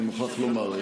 אני מוכרח לומר.